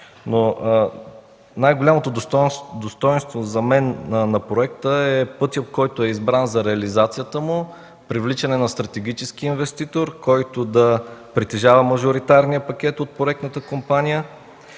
Най-голямото достойнство за мен на проекта е пътят, който е избран за реализацията му – привличане на стратегически инвеститор, който да притежава мажоритарния пакет от проектната компания,